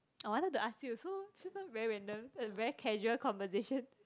I wanted to ask you so sometimes very random and very casual conversation